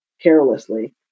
carelessly